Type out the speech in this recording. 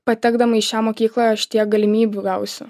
patekdama į šią mokyklą aš tiek galimybių gausiu